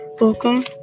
Welcome